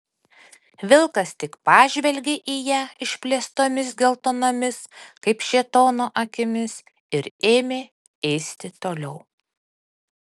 vilkas tik pažvelgė į ją išplėstomis geltonomis kaip šėtono akimis ir ėmė ėsti toliau